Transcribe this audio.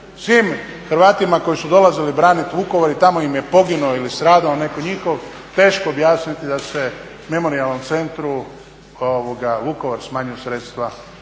svim Hrvatima koji su dolazili braniti Vukovar i tamo je poginuo ili stradao neko njihov, teško objasniti da se Memorijalnom centru Vukovar smanjuju sredstva